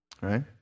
right